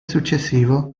successivo